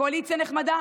קואליציה נחמדה?